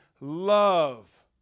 love